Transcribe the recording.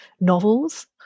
novels